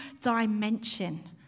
dimension